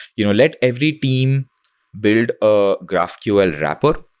you know let every team build a graphql wrapper.